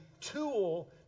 tool